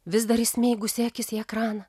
vis dar įsmeigusi akis į ekraną